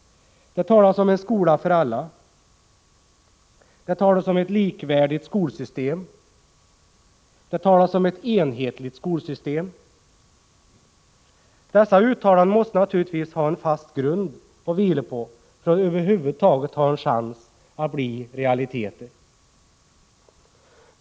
Det talas om en skola för alla. Det talas om ett likvärdigt skolsystem. Det talas om ett enhetligt skolsystem. Dessa uttalanden måste naturligtvis ha en fast grund att vila på för att över huvud taget ha en chans att bli realiteter.